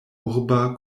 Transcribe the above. urba